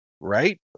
right